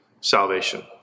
salvation